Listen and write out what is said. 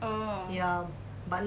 oh